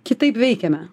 kitaip veikiame